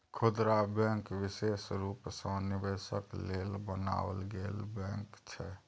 खुदरा बैंक विशेष रूप सँ निवेशक लेल बनाओल गेल बैंक छै